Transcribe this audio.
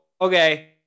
okay